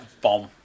Bomb